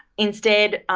instead,